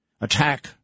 attack